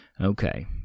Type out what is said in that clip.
Okay